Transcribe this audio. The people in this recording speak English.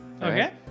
Okay